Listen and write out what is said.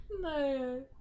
No